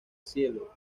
cielo